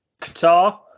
Qatar